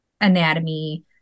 anatomy